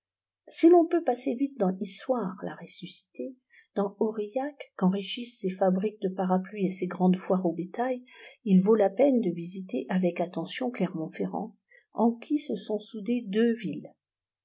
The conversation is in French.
si l'on peut passer vite dans issoire la ressuscitée dans aurillac qu'enrichissent ses fabriques de parapluies et ses grandes foires au bétail il vaut la peine de visiter avec attention clermont ferrand en qui se sont soudées deux villes